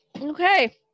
okay